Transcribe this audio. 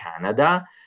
Canada